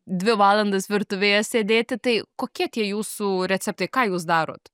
dvi valandas virtuvėje sėdėti tai kokie tie jūsų receptai ką jūs darot